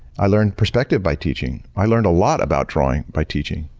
i learned perspective by teaching. i learned a lot about drawing by teaching.